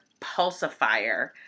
pulsifier